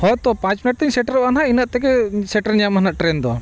ᱦᱳᱭ ᱛᱚ ᱯᱟᱸᱪ ᱢᱤᱱᱤᱴ ᱛᱮᱧ ᱥᱮᱴᱮᱨᱚᱜᱼᱟ ᱱᱟᱦᱟᱜ ᱤᱱᱟᱹᱜ ᱛᱮᱜᱮ ᱥᱮᱴᱮᱨ ᱧᱟᱢᱟ ᱱᱟᱦᱟᱜ ᱴᱨᱮᱱ ᱫᱚ